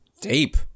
Deep